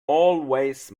always